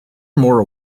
more